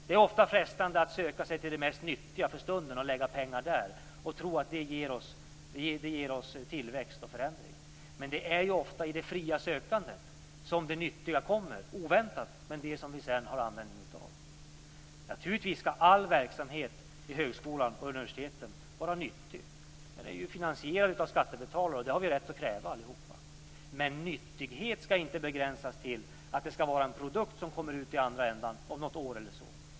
Det är ofta frestande att söka sig till det mest nyttiga för stunden, lägga pengarna där och tro att det ger oss tillväxt och förändring. Men det är ofta i det fria sökandet som det nyttiga kommer. Det kan komma oväntat, men det är det som vi sedan har användning av. Naturligtvis skall all verksamhet i högskolan och vid universiteten vara nyttig. Den är ju finansierad av skattebetalare, och det har vi rätt att kräva allihop. Men nyttighet skall inte begränsas till att en produkt kommer ut i andra änden om något år eller så.